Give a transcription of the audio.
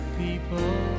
people